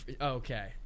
Okay